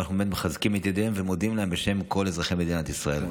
אנחנו באמת מחזקים את ידיהם ומודים להם בשם כל אזרחי מדינת ישראל.